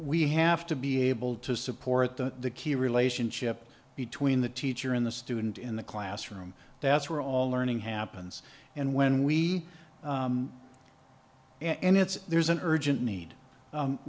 we have to be able to support the key relationship between the teacher in the student in the classroom that's where all learning happens and when we and it's there's an urgent need